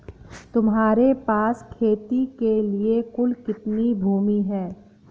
तुम्हारे पास खेती के लिए कुल कितनी भूमि है?